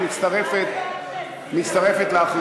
היא מצטרפת להחלטה.